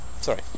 sorry